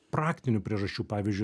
praktinių priežasčių pavyzdžiui